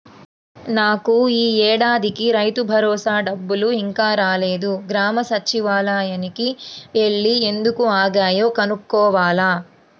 నాకు యీ ఏడాదికి రైతుభరోసా డబ్బులు ఇంకా రాలేదు, గ్రామ సచ్చివాలయానికి యెల్లి ఎందుకు ఆగాయో కనుక్కోవాల